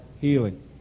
healing